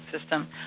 system